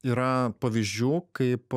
yra pavyzdžių kaip